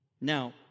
Now